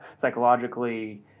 psychologically